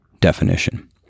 definition